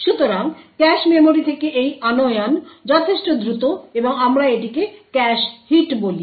সুতরাং cache memory থেকে এই আনয়ন যথেষ্ট দ্রুত এবং আমরা এটিকে ক্যাশ হিট বলি